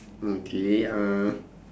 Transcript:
okay uh